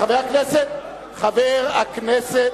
חברי הכנסת,